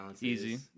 Easy